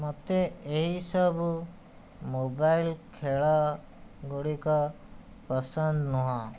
ମୋତେ ଏହିସବୁ ମୋବାଇଲ ଖେଳ ଗୁଡ଼ିକ ପସନ୍ଦ ନୁହେଁ